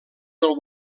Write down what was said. del